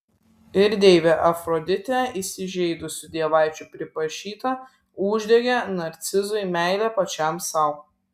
ir deivė afroditė įsižeidusių dievaičių priprašyta uždegė narcizui meilę pačiam sau